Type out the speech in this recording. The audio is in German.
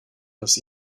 dass